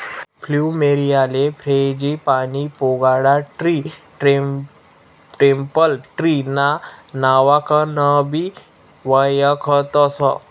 फ्लुमेरीयाले frangipani, pagoda tree, temple tree ना नावकनबी वयखतस